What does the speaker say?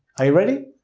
are you ready?